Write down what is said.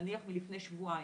נניח מלפני שבועיים,